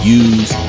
use